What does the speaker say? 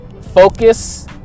focus